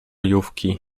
jówki